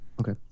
Okay